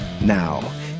Now